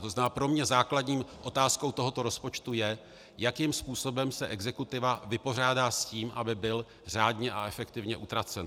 To znamená, pro mě základní otázkou tohoto rozpočtu je, jakým způsobem se exekutiva vypořádá s tím, aby byl řádně a efektivně utracen.